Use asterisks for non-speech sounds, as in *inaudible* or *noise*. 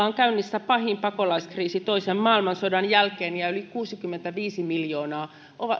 *unintelligible* on käynnissä pahin pakolaiskriisi toisen maailmansodan jälkeen ja yli kuusikymmentäviisi miljoonaa